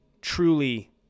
truly